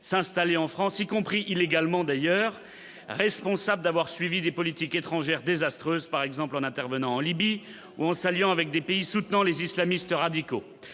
s'installer en France y compris illégalement d'ailleurs responsable d'avoir suivi des politiques étrangères désastreuse, par exemple, en intervenant en Libye ou en saluant avec des pays soutenant les islamistes radicaux